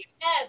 Yes